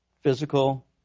physical